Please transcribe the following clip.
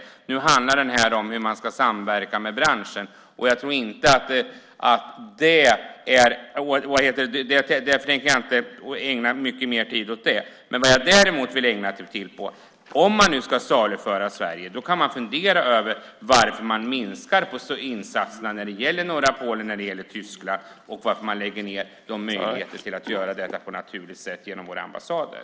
Här handlar det om hur man ska samverka med branschen, men det tänker jag inte ägna så mycket mer tid åt. Däremot vill jag ägna tid åt följande. Om nu Sverige ska saluföras kan man fundera över varför insatserna minskas när det gäller norra Polen och när det gäller Tyskland och varför man lägger ned så att vi missar möjligheterna att göra detta på ett naturligt sätt genom våra ambassader.